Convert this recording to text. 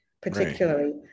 particularly